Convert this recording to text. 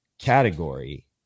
category